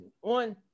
One